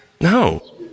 No